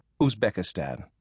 Uzbekistan